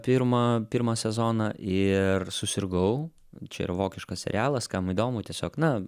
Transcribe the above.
pirmą pirmą sezoną ir susirgau čia yra vokiškas serialas kam įdomu tiesiog na